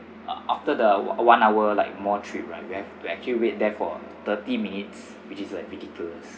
uh after the one one hour like mall trip right we have to actually wait there for thirty minutes which is like